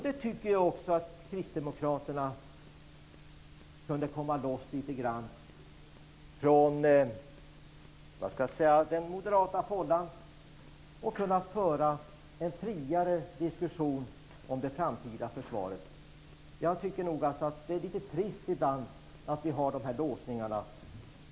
Då tycker jag också att Kristdemokraterna skulle kunna komma loss litet grand från den, vad skall jag säga, moderata fållan och föra en friare diskussion om det framtida försvaret. Jag tycker att det är litet trist ibland att vi har de här låsningarna.